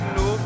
no